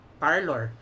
parlor